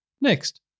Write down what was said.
Next